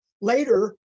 Later